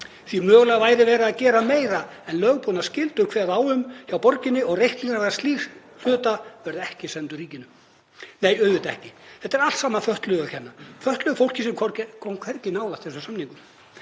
að mögulega væri verið að gera meira en lögboðnar skyldur kveða á um hjá borginni og reikningur vegna slíks verði ekki sendur ríkinu. Nei, auðvitað ekki. Þetta er allt saman fötluðum að kenna, fötluðu fólki sem kom hvergi nálægt þessum samningum.